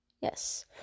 Yes